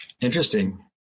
Interesting